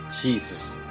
Jesus